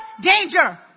danger